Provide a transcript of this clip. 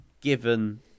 given